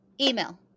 Email